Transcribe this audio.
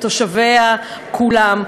לתושביה כולם.